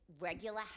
regular